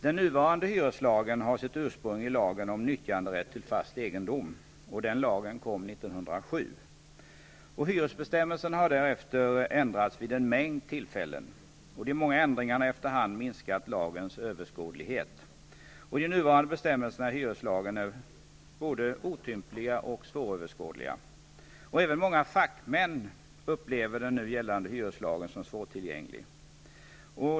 Den nuvarande hyreslagen har sitt ursprung i lagen om nyttjanderätt till fast egendom. Den lagen kom 1907. Hyresbestämmelserna har därefter ändrats vid en mängd tillfällen. De många ändringarna har efterhand minskat lagens överskådlighet. De nuvarande bestämmelserna i hyreslagen är både otympliga och svåröverskådliga. Även många fackmän upplever den nu gällande hyreslagen som svårtillgänglig.